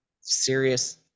serious